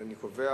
אני קובע